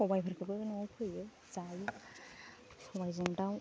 सबायफोरखौबो न'आव फोयो जायो सबायजों दाव